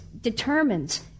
determines